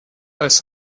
als